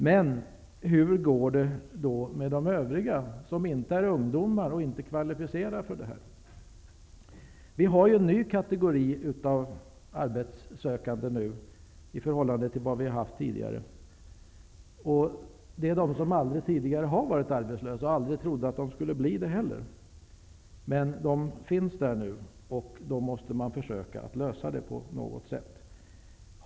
Men hur går det med de övriga, de som inte är ungdomar och inte kvalificerade för praktikplatserna? Vi har ju en ny kategori av arbetssökande nu, i förhållande till vad vi har haft förut, människor som aldrig tidigare varit arbetslösa och som aldrig trott att de skulle bli det heller. Men nu finns de där, och det problemet måste vi försöka lösa på något sätt.